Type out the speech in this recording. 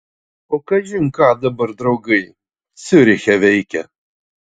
o kažin ką dabar draugai ciuriche veikia